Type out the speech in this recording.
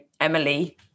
Emily